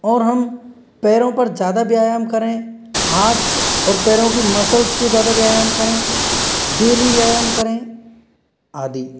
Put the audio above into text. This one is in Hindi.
और हम पैरों पर ज़्यादा व्यायाम करें हाथ और पैरों की मसल्स को ज़्यादा व्यायाम करें डेली व्यायाम करें आदि